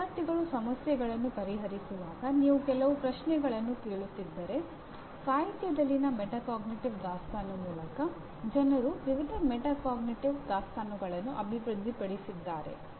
ವಿದ್ಯಾರ್ಥಿಗಳು ಸಮಸ್ಯೆಗಳನ್ನು ಪರಿಹರಿಸುವಾಗ ನೀವು ಕೆಲವು ಪ್ರಶ್ನೆಗಳನ್ನು ಕೇಳುತ್ತಿದ್ದರೆ ಸಾಹಿತ್ಯದಲ್ಲಿನ ಮೆಟಾಕಾಗ್ನಿಟಿವ್ ದಾಸ್ತಾನುಗಳನ್ನು ಅಭಿವೃದ್ಧಿಪಡಿಸಿದ್ದಾರೆ